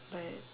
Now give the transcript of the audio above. but